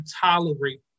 tolerate